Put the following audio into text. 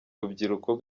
rubyiruko